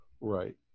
Right